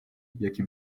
jaki